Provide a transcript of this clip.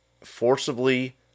forcibly